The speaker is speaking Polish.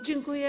Dziękuję.